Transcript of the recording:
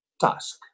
task